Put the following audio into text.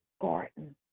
garden